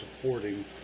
supporting